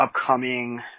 upcoming